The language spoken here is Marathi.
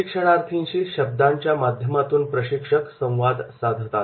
प्रशिक्षणार्थीशी शब्दांच्या माध्यमातून प्रशिक्षक संवाद साधतात